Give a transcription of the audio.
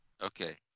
Okay